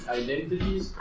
identities